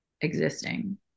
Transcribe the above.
existing